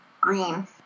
Green